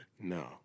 no